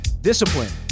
Discipline